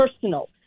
personal